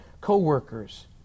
co-workers